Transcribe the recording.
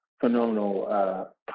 phenomenal